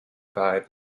five